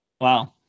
wow